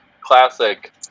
classic